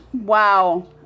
Wow